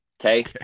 Okay